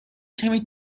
کمی